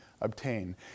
obtain